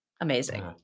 Amazing